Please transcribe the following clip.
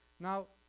now